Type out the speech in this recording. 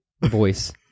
voice